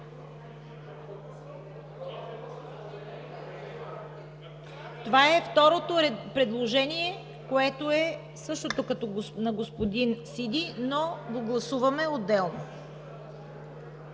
Това е второто предложение, което е същото като на господин Сиди, но го гласуваме отделно,